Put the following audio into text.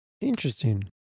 Interesting